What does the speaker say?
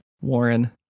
warren